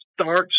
starts